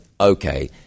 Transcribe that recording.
okay